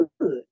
good